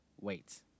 Wait